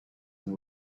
and